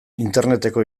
interneteko